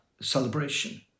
celebration